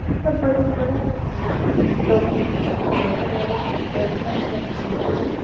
दब्बड़ दुब्बड़ ऐ केह् लोकें गी हून बड़ा बड़ा डिवेल्प डिवेल्पमेंट करी ओड़ी उत्थें बी